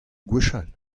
gwechall